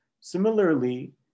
Similarly